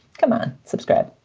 come on, subscribe